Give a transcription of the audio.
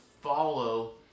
follow